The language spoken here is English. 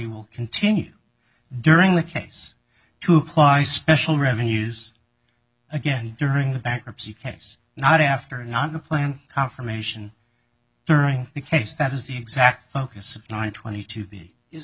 will continue during the case to apply special revenues again during the bankruptcy case not after not to plan confirmation during the case that is the exact focus of ny twenty two b is